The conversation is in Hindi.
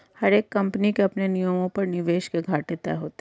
हर एक कम्पनी के अपने नियमों पर निवेश के घाटे तय होते हैं